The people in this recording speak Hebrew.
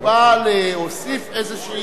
הוא בא להוסיף איזו,